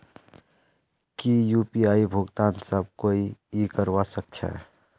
की यु.पी.आई भुगतान सब कोई ई करवा सकछै?